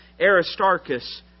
Aristarchus